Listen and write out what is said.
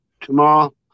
tomorrow